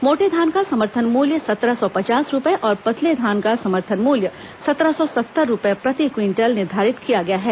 मोटे धान का समर्थन मूल्य सत्रह सौ पचास रूपये और पतले धान का समर्थन मूल्य सत्रह सौ सत्तर रूपये प्रति क्विंटल निर्धारित किया गया है